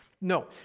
No